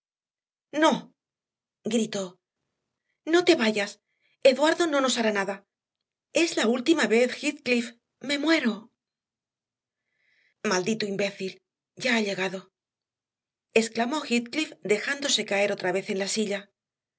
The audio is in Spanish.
no gritó no te vayas eduardo no nos hará nada es la última vez heathcliff me muero maldito imbécil ya ha llegado exclamó heathcliff dejándose caer otra vez en la silla